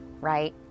right